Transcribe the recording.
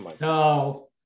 No